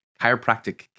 chiropractic